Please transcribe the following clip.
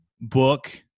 book